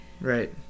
right